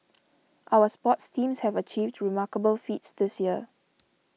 our sports teams have achieved remarkable feats this year